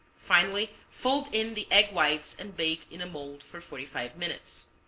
finally fold in the egg whites and bake in a mold for forty five minutes.